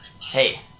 hey